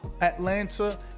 Atlanta